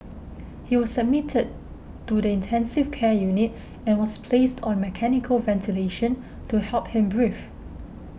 he was admitted to the intensive care unit and was placed on mechanical ventilation to help him breathe